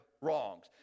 wrongs